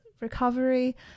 recovery